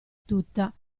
tutta